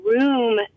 room